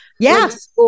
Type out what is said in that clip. Yes